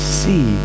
see